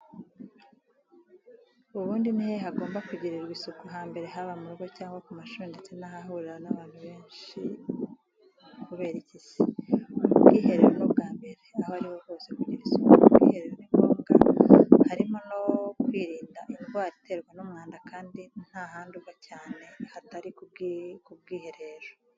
Ubundi nihehe hagomba kugirirwa isuku hambere haba murugo cyangwa kumashuri ndetse nahahurira nabantu benshi kiki se? ubwiherero n,ubwambere aho ariho hose kugira isuku kubwiherero ningombwa harimo na kwirinda indwara iterwa numwanda kandi ntahandi uva cyane hatari kubwiherero.